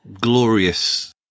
glorious